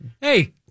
Hey